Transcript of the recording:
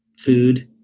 food,